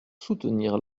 soutenir